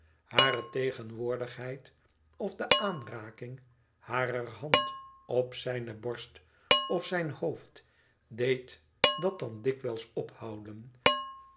hare tegenwoordigheid of de aanraking harer hand op zijne borst of zijn hoofd deed dat dan dikwijls ophouden